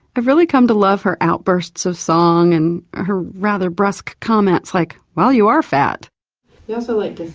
i've really come to love her outbursts of song and her rather brusque comments like, well, you are fat. you also like to